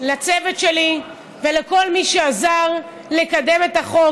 לצוות שלי ולכל מי שעזר לקדם את החוק.